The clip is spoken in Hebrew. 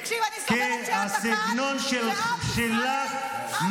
תקשיב, אני סובלת שאתה כאן ועם ישראל סובל